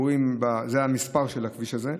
זה המספר של הכביש הזה.